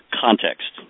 Context